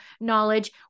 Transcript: knowledge